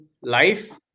life